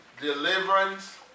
deliverance